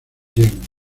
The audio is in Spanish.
jean